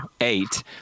eight